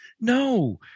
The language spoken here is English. No